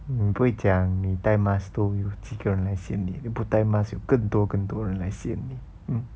mm 不会讲你戴 mask 都有几个人来 sian 你你不戴 mask 有更多更多人来 sian 你